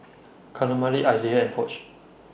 Camille Isaiah and Foch